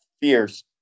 fierce